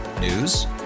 News